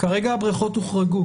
כרגע הבריכות הוחרגו.